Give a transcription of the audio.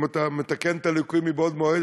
אם אתה מתקן את הליקויים מבעוד מועד,